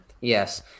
Yes